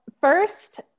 first